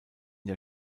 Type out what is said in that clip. der